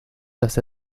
dass